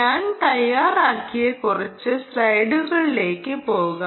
ഞാൻ തയ്യാറാക്കിയ കുറച്ച് സ്ലൈഡുകളിലേക്ക് പോകാം